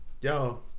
yo